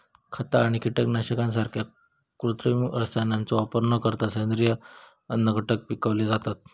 खता आणि कीटकनाशकांसारख्या कृत्रिम रसायनांचो वापर न करता सेंद्रिय अन्नघटक पिकवले जातत